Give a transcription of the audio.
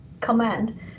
command